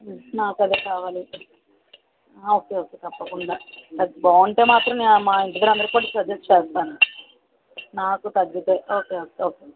నాకు అదే కావాలి ఓకే ఓకే తప్పకుండా బాగుంటే మాత్రం మా ఇంటి దగ్గర అందరికీ కూడా సజెస్ట్ చేస్తాను నాకు తగ్గితే ఓకే ఓకే ఓకే మ్యాడమ్